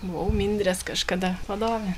buvau mindrės kažkada vadovė